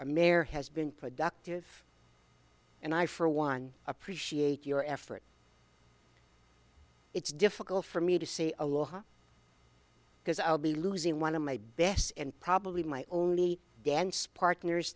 a mayor has been productive and i for one appreciate your effort it's difficult for me to say aloha because i'll be losing one of my best and probably my only dance partners